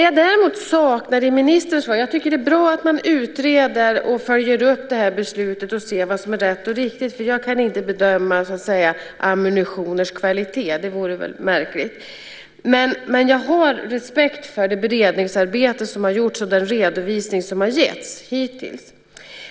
Jag tycker att det är bra att man utreder och följer upp det här beslutet och ser vad som är rätt och riktigt, för jag kan inte bedöma ammunitioners kvalitet - det vore väl märkligt. Men jag har respekt för det beredningsarbete som har gjorts och den redovisning som har getts hittills.